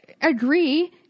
agree